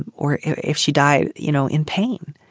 and or if she died, you know, in pain.